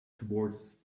towards